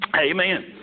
Amen